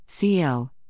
CO